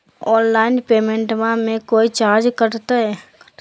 Online पेमेंटबां मे कोइ चार्ज कटते?